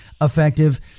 effective